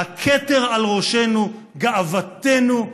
"הכתר על ראשנו", "גאוותנו".